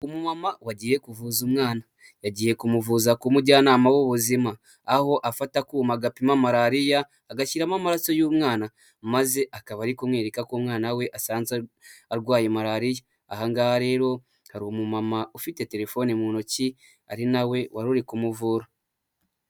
Umu mama wagiye kuvuza umwana yagiye kumuvuza ku mujyanama w'ubuzima aho afata akuma agapima malariya agashyiramo amaraso y'umwana maze akaba ari kumwereka ko umwana we arwaye malariya, ahangaha rero hari umumama ufite telefone mu ntoki ari nawe wari kumuvura.